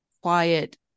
quiet